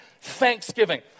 thanksgiving